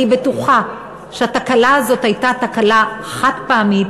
אני בטוחה שהתקלה הזאת הייתה תקלה חד-פעמית